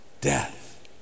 Death